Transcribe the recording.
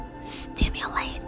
stimulate